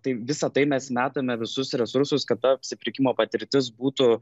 tai visa tai mes metame visus resursus kad ta apsipirkimo patirtis būtų